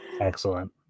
excellent